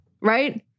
right